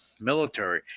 military